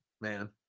man